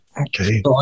Okay